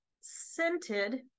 scented